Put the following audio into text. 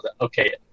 okay